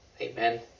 Amen